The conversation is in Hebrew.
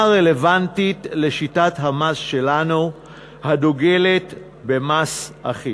רלוונטית לשיטת המס שלנו הדוגלת במס אחיד.